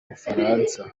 bufaransa